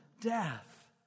death